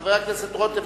חבר הכנסת רותם,